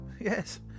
yes